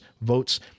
votes